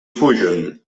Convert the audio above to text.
fugen